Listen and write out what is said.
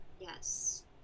yes